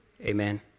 Amen